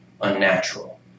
Unnatural